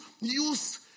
use